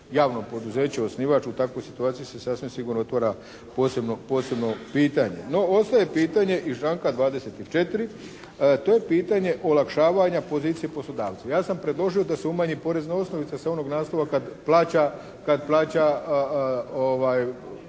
javno poduzeće osnivač u takvoj situaciji se sasvim sigurno otvara posebno pitanje. No ostaje pitanje iz članka 24. To je pitanje olakšavanja pozicije poslodavcu. Ja sam predložio da se umanji porezna osnovica s onog naslova kada plaća